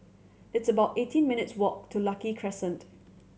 it's about eighteen minutes' walk to Lucky Crescent